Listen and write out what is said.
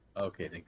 Okay